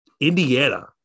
Indiana